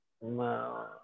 wow